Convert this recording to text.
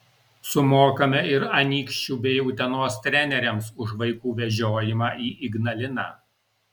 sumokame ir anykščių bei utenos treneriams už vaikų vežiojimą į ignaliną